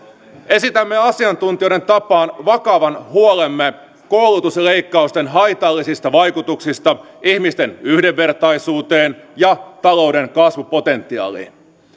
esitämme asiantuntijoiden tapaan vakavan huolemme koulutusleikkausten haitallisista vaikutuksista ihmisten yhdenvertaisuuteen ja talouden kasvupotentiaaliin